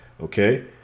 okay